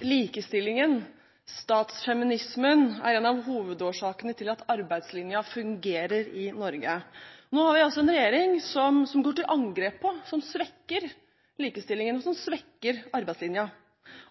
Likestillingen – statsfeminismen – er en av hovedårsakene til at arbeidslinjen fungerer i Norge. Nå har vi en regjering som går til angrep på og svekker likestillingen og svekker arbeidslinjen,